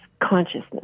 consciousness